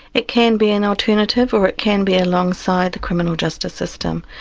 it can be an alternative or it can be alongside the criminal justice system.